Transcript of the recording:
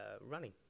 running